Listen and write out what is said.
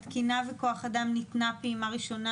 בתקינה ובכוח אדם ניתנה פעימה ראשונה,